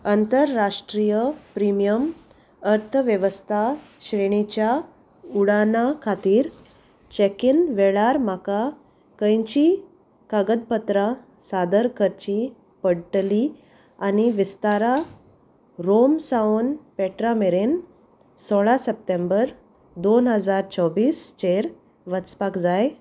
अंतरराष्ट्रीय प्रिमियम अर्थवेवस्था श्रेणीच्या उडाना खातीर चॅकीन वेळार म्हाका खंयची कागदपत्रां सादर करचीं पडटलीं आनी विस्तारा रोम सावन पेट्रा मेरेन सोळा सप्टेंबर दोन हजार चोवीस चेर वचपाक जाय